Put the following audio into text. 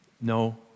No